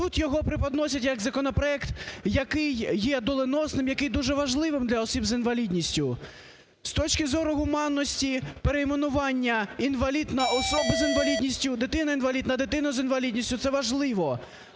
Тут йогопреподносят як законопроект, який є доленосним, який є дуже важливим для осіб з інвалідністю. З точки зору гуманності перейменування "інвалід" на "особа з інвалідністю", "дитина-інвалід" - на "дитину з інвалідністю", це важливо.